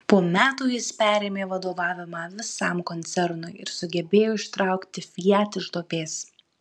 po metų jis perėmė vadovavimą visam koncernui ir sugebėjo ištraukti fiat iš duobės